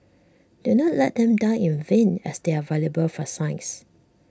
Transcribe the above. do not let them die in vain as they are valuable for science